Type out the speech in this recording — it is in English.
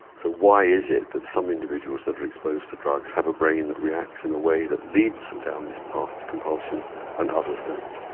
so why is it that some individuals who are exposed to drugs have a brain that reacts in a way that leads them down this path to compulsion and others don't?